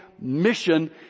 mission